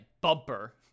bumper